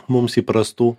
mums įprastų